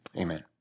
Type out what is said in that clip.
amen